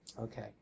okay